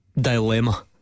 Dilemma